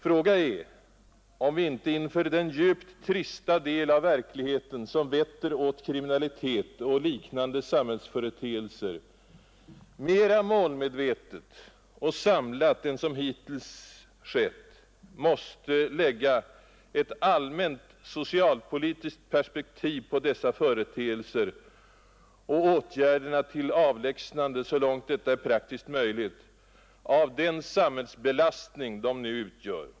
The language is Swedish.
Fråga är om vi inte inför den djupt trista del av verkligheten, som vetter åt kriminalitet och liknande samhällsföreteelser, mera målmedvetet och samlat än som hittills skett måste lägga ett allmänt socialpolitiskt perspektiv på dessa företeelser och åtgärderna till avlägsnande så långt detta är praktiskt möjligt av den samhällsbelastning de nu utgör.